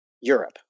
Europe